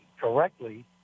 correctly